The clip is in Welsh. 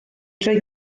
drwy